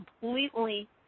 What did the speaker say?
completely